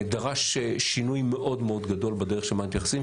דרש שינוי מאוד מאוד גדול בדרך שבה מתייחסים,